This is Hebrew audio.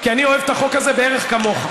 כי אני אוהב את החוק הזה בערך כמוך.